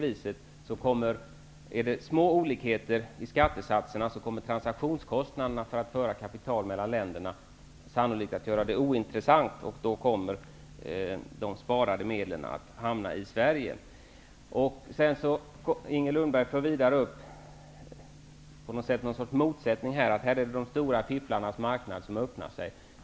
Vid små olikheter i skattesatserna, kommer transaktionskostnaderna för att föra kapital mellan länder sannolikt att göra det hela ointressant. De sparade medlen kommer att hamna i Sverige. Inger Lundberg för upp ett slags motsättning, som att de stora fifflarnas marknad öppnar sig.